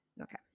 Okay